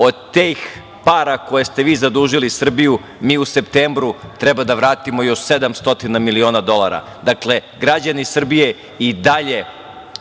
Od tih para koje ste vi zadužili Srbiju, mi u septembru treba da vratimo još 700 miliona dolara. Dakle, građani Srbije i dalje